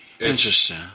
Interesting